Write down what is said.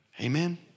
Amen